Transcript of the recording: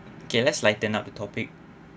okay let's lighten up the topic